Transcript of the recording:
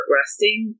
resting